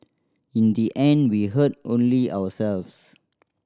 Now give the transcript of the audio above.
in the end we hurt only ourselves